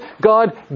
God